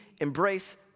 embrace